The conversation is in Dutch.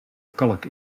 kalk